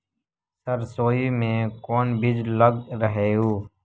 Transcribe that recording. सरसोई मे कोन बीज लग रहेउ?